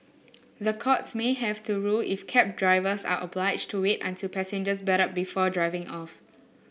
the courts may have to rule if cab drivers are obliged to wait until passengers belt up before driving off